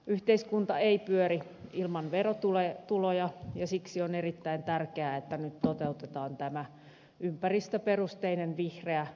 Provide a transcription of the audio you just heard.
yhteiskunta ei pyöri ilman verotuloja ja siksi on erittäin tärkeää että nyt toteutetaan tämä ympäristöperusteinen vihreä verouudistus